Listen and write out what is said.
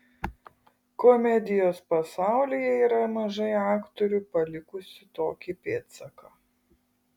komedijos pasaulyje yra mažai aktorių palikusių tokį pėdsaką